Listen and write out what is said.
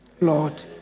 Lord